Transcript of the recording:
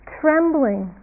trembling